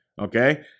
Okay